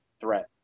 threat